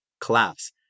class